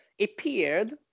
appeared